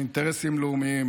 מאינטרסים לאומיים,